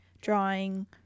drawing